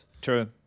True